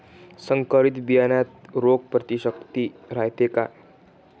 संकरित बियान्यात रोग प्रतिकारशक्ती रायते का?